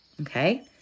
Okay